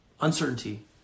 uncertainty